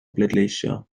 bleidleisio